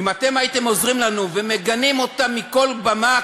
אם אתם הייתם עוזרים לנו ומגנים אותם מכל במה,